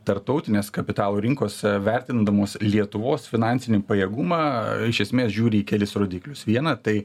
tarptautinės kapitalo rinkos vertindamos lietuvos finansinį pajėgumą iš esmės žiūri į kelis rodiklius vieną tai